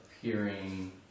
appearing